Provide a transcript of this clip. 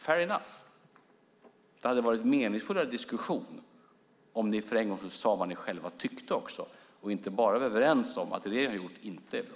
Det hade dock varit en meningsfullare diskussion om ni för en gångs skull också sagt vad ni själva tyckte och inte bara varit överens om att det som regeringen gjort inte är bra.